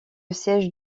siège